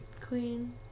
Queen